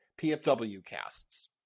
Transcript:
pfwcasts